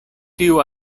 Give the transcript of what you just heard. tiu